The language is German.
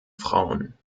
frauen